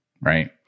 Right